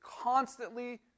constantly